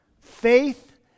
Faith